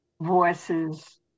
voices